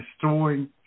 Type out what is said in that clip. destroying